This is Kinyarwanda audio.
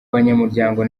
banyamuryango